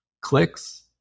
clicks